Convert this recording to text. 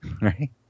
right